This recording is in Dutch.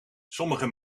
sommige